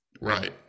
Right